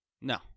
No